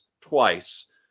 twice